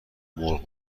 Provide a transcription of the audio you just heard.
مرغ